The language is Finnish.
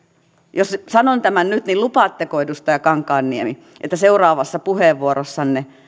jos sanon tämän nyt niin lupaatteko edustaja kankaanniemi että seuraavassa puheenvuorossanne